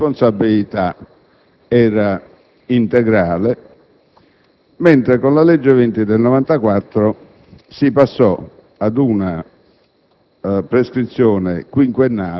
e la responsabilità era integrale, mentre con la legge n. 20 del 1994 si passò ad una